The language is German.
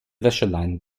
wäscheleinen